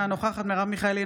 אינה נוכחת מרב מיכאלי,